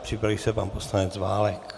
Připraví se pan poslanec Válek.